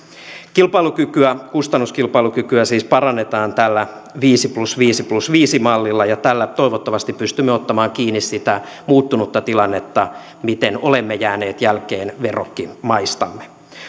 kilpailukykyä kustannuskilpailukykyä siis parannetaan tällä viisi plus viisi plus viisi mallilla ja tällä toivottavasti pystymme ottamaan kiinni sitä muuttunutta tilannetta miten olemme jääneet jälkeen verrokkimaistamme